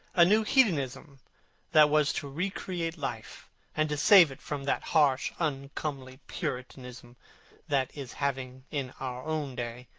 a new hedonism that was to recreate life and to save it from that harsh uncomely puritanism that is having, in our own day,